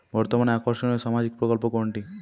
বর্তমানে আকর্ষনিয় সামাজিক প্রকল্প কোনটি?